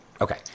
Okay